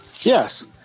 yes